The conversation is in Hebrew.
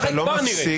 ככה היא כבר נראית.